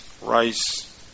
rice